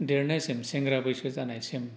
देरनायसिम सेंग्रा बैसो जानायसिम